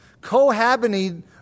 cohabiting